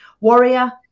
warrior